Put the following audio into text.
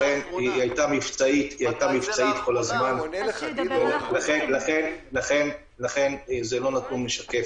היא היתה מבצעית כל הזמן, לכן זה לא נתון משקף.